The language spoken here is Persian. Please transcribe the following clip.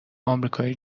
امریکای